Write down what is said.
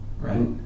right